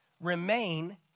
Remain